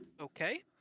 okay